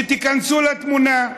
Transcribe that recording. שתיכנסו לתמונה.